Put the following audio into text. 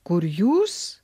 kur jūs